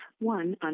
one